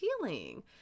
healing